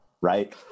right